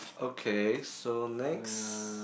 okay so next